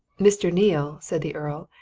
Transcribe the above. mr. neale, said the earl,